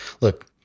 Look